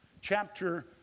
Chapter